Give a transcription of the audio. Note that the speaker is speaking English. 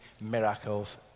miracles